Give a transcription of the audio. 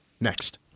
next